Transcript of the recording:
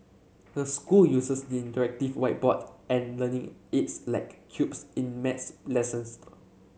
her school uses the interactive whiteboard and learning aids like cubes in maths